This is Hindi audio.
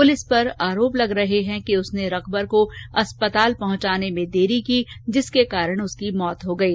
पुलिस पर आरोप लग रहे हैं कि उसने रकबर को अस्पताल पहुंचाने में देरी की जिसके कारण उसकी मृत्यु हो गयी